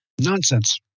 Nonsense